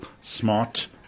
smart